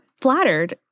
flattered